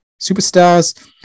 Superstars